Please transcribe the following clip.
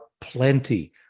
plenty